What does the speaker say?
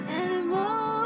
anymore